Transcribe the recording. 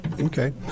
Okay